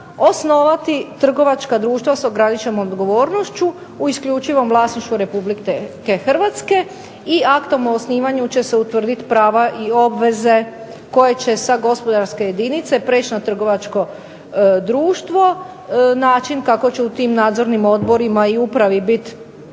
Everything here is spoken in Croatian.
osnovati trgovačka društva s ograničenom odgovornošću, u isključivom vlasništvu Republike Hrvatske, i aktom o osnivanju će se utvrditi prava i obveze koje će sa gospodarske jedinice prijeći na trgovačko društvo, način kako će u tim nadzornim odborima i upravi biti